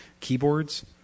keyboards